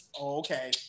okay